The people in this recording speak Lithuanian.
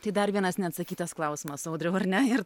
tai dar vienas neatsakytas klausimas audriau ar ne ir